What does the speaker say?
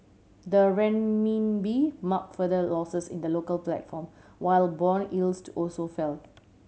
the Renminbi marked further losses in the local platform while bond yields to also fell